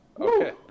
Okay